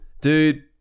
Dude